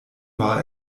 war